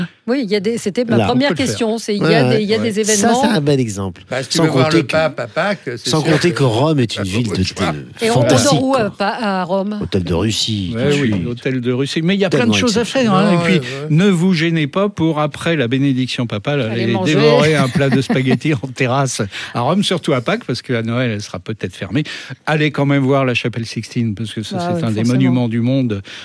Oui, il y a des- c'était ma Là, on première peut le faire. question, c'est il y a Ouais, ouais. des- il y a des Ça, c'est événements. un bon exemple. Parce que tu Sans veux voir compter le que- pape à Pâques, c'est sans sûr compter que- que Rome est Ah, une bah. ville de- de- Et on dort où, euh, fantastique, quoi. pas à Rome ? Hôtel de Russie, tout de Ouais, oui, suite. l'hôtel de Russie. Mais il y a plein de Tellement choses à faire, exceptionnel. hein. Et Non, puis, ouais, ouais. ne vous gênez pas pour, après la bénédiction papale, Aller aller manger. dévorer un plat de spaghettis en terrasse à Rome, surtout à Pâques, parce que à Noël, elle sera peut-être fermée. Allez quand même voir la chapelle Sixtine, parce que ça, Bah c'est ouais, un des forcément. monuments du monde.